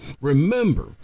remember